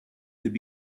could